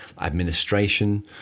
Administration